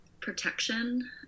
protection